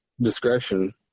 discretion